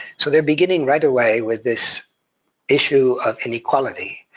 so they're beginning right away with this issue of inequality,